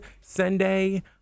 Sunday